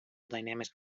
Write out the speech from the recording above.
dynamics